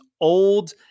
old